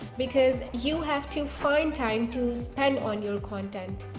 because you have to find time to spend on your content.